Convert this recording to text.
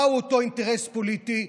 מהו אותו אינטרס פוליטי?